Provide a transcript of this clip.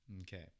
Okay